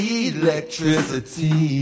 electricity